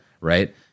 right